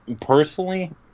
personally